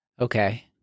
Okay